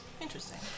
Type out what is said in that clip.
Interesting